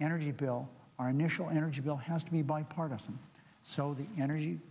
energy bill our national energy bill has to be bipartisan